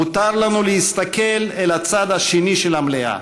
מותר לנו להסתכל אל הצד השני של המליאה,